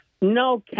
no